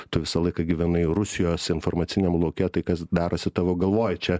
tu visą laiką gyvenai rusijos informaciniam lauke tai kas darosi tavo galvoj čia